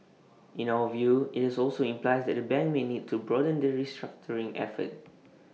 in our view IT also implies that the bank may need to broaden the restructuring effort